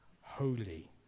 holy